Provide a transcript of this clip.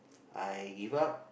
I give up